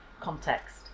context